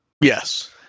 Yes